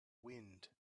wind